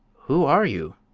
who are you?